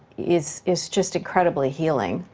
is is just incredibly healing.